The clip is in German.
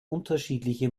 unterschiedliche